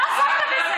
משהו מזה.